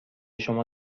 شما